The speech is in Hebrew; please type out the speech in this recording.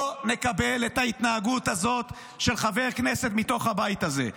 לא נקבל את ההתנהגות הזאת של חברי הכנסת מתוך הבית הזה.